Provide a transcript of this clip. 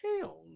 Hell